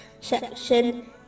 SECTION